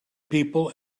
people